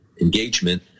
engagement